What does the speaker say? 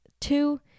Two